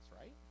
right